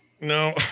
No